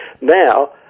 Now